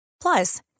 Plus